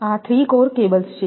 આ three core cables છે